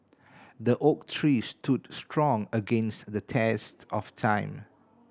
the oak tree stood strong against the test of time